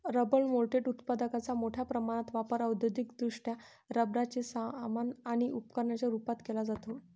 rubber moulded उत्पादकांचा मोठ्या प्रमाणात वापर औद्योगिकदृष्ट्या रबराचे सामान आणि उपकरणांच्या रूपात केला जातो